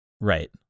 right